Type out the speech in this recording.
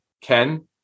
Ken